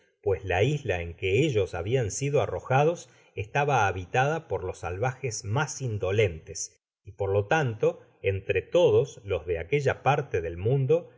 pues la isla en que ellos habian sido arrojados estaba habitada por los salvajes mas indolentes y por lo tanto entre todos los de aquella parte del mundo